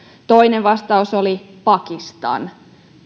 toinen vastaus oli pakistan